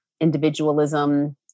individualism